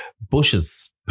bushes